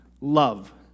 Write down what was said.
love